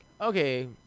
Okay